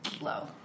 low